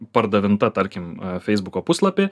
pardavinta tarkim feisbuko puslapį